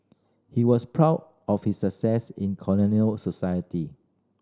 he was proud of his success in colonial society